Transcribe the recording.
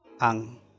Ang